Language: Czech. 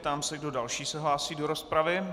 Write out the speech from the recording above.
Ptám se, kdo další se hlásí do rozpravy.